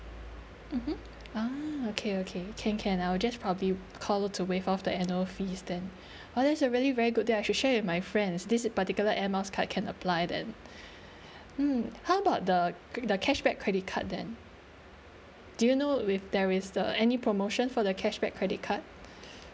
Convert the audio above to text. mmhmm ah okay okay can can I will just probably call to waive off the annual fee then oh that's a really very good deal I should share with my friends this particular Air Miles card can apply then mm how about the the cashback credit card then do you know with there is a any promotion for the cashback credit card